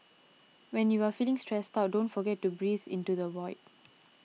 when you are feeling stressed out don't forget to breathe into the void